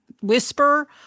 whisper